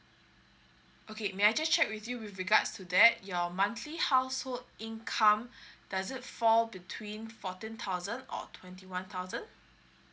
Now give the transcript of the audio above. okay may I just check with you with regards to that your monthly household income does it fall between fourteen thousand or twenty one thousand